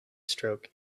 stroke